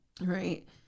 Right